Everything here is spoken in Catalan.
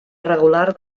regular